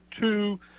two